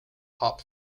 hop